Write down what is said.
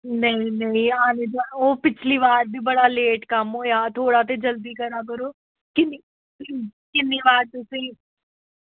नेईं नेईं ओह् पिछली बार बी बड़ा लेट कम्म होआ हा थोह्ड़ा ते जल्दी करा करो किन्नी किन्नी बार तुसेंगी